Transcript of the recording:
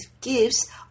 gifts